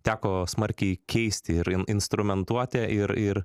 teko smarkiai keisti ir in instrumentuotę ir ir